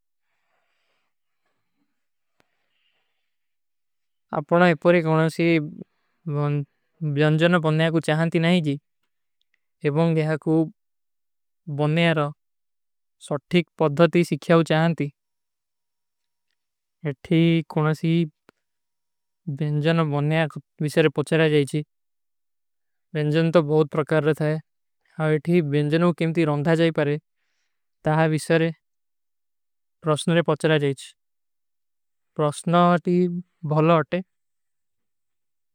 ଅପନା ଏପରେ କୌନା ସୀ ବେନଜନ ବନନେ ଆକୋ ଚାହନତୀ ନାଈଜୀ ଏବଂଗ ଯହାକୋ ବନନେ ଆରା ସୋଠୀକ ପଦ୍ଧତୀ। ସିଖ୍ଯାଓ ଚାହନତୀ ଏଠୀ କୌନା ସୀ ବେନଜନ ବନନେ ଆକୋ ଵିସରେ ପଚରା ଜାଈଚୀ ବେନଜନ ତୋ ବହୁତ ପ୍ରକାରତ ହୈ। ଅବ ଏଠୀ ବେନଜନୋଂ କେମ ତୀ ରଂଧା ଜାଈପରେ ତା ହୈ ଵିସରେ ପ୍ରାସନୋଂ ରେ ପଚରା ଜାଈଚୀ ପ୍ରାସନୋଂ ହୋତୀ ବହୁତ ହୋତେ।